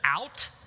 out